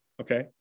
Okay